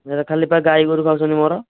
ସେଇଟା ଖାଲି ପା ଗାଈଗୋରୁ ଖାଉଛନ୍ତି ମୋର